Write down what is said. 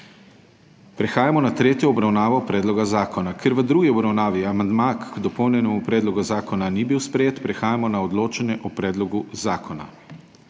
Prehajamo na tretjo obravnavo predloga zakona. Ker v drugi obravnavi amandma k dopolnjenemu predlogu zakona ni bil sprejet, prehajamo na odločanje o predlogu zakona.